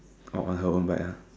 on her own bike ah